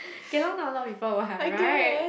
kelong not a lot of people [what] right